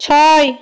ছয়